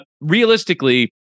realistically